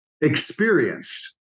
Experience